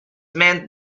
meant